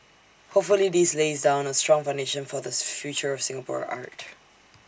hopefully this lays down A strong foundation for the future of Singapore art